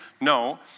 No